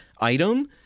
item